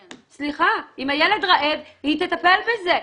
סליחה, אם הילד רעב היא תטפל בזה.